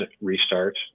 restart